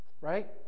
Right